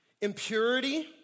impurity